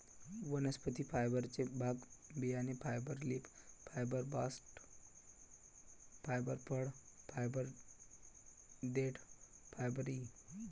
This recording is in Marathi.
वनस्पती फायबरचे भाग बियाणे fibre, leaf fibre, bast fibre, फळ फायबर, देठ फायबर इ